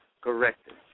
corrected